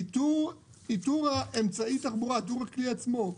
איתור כלי התחבורה עצמו,